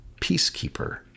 peacekeeper